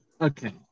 Okay